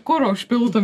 kuro užpiltum